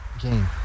game